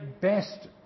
best